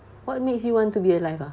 what makes you want to be alive ah